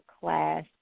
class